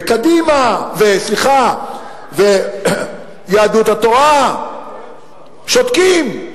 וקדימה, סליחה, ויהדות התורה, שותקים.